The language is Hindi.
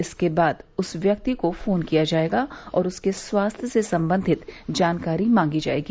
इसके बाद उस व्यक्ति को फोन किया जाएगा और उसके स्वास्थ्य से संबंधित जानकारी मांगी जाएगी